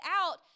out